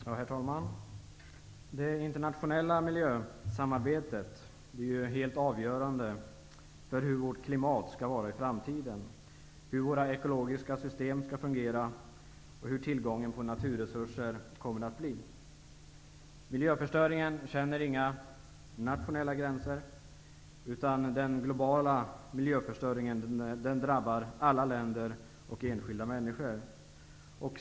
Herr talman! Det internationella miljösamarbetet är helt avgörande för hur vårt klimat skall vara i framtiden, hur våra ekologiska system skall fungera och hur tillgången på naturresurser kommer att bli. Miljöförstöringen känner inga nationella gränser. Den globala miljöförstöringen drabbar alla länder och alla enskilda människor.